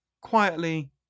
Quietly